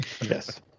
Yes